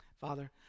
Father